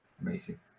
Amazing